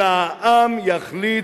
אלא העם יחליט,